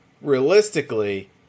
realistically